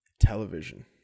television